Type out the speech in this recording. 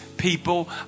people